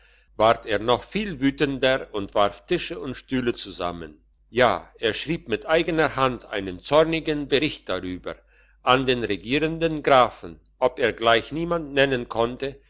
ward er noch viel wütender und warf tische und stühle zusammen ja er schrieb mit eigener hand einen zornigen bericht darüber an den regierenden grafen ob er gleich niemand nennen konnte